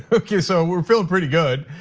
okay so we're feeling pretty good,